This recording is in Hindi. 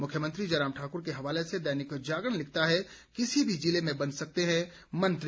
मुख्यमंत्री जयराम ठाकुर के हवाले से दैनिक जागरण लिखता है किसी भी जिले से बन सकते हैं मंत्री